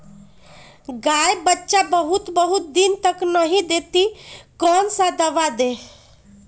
गाय बच्चा बहुत बहुत दिन तक नहीं देती कौन सा दवा दे?